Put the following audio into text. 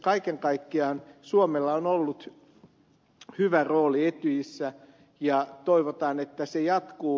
kaiken kaikkiaan suomella on ollut hyvä rooli etyjissä ja toivotaan että se jatkuu